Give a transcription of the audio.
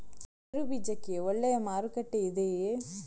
ಗೇರು ಬೀಜಕ್ಕೆ ಒಳ್ಳೆಯ ಮಾರುಕಟ್ಟೆ ಇದೆಯೇ?